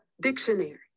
dictionary